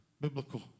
biblical